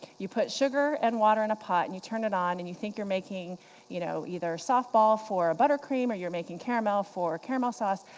you put sugar and water in a pot and you turn it on, and you think you're making you know either softball for a butter cream or you're making caramel for caramel sauce,